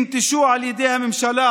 הם ננטשו על ידי הממשלה,